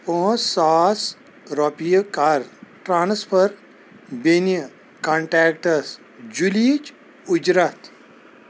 پانٛژھ ساس رۄپیہِ کر ٹرانسفر بیٚنہِ کنٹیکٹس جُلیِچ اُجرت